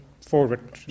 forward